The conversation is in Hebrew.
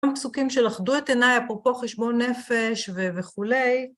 גם פסוקים שלכדו את עיניי, אפרופו חשבון נפש וכולי.